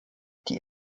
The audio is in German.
die